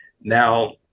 Now